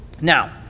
Now